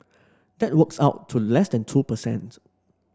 that works out to less than two per cent